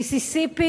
מיסיסיפי